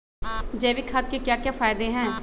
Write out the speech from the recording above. जैविक खाद के क्या क्या फायदे हैं?